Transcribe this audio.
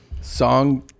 song